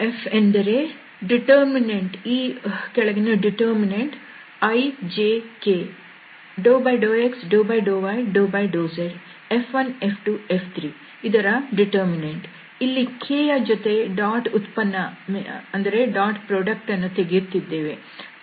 curl F ಅಂದರೆ i j k δx δy δz F1 F2 F3 ಇಲ್ಲಿ k ಜೊತೆ dot ಉತ್ಪನ್ನ ತೆಗೆಯುತ್ತಿದ್ದೇವೆ